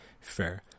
fair